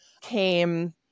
came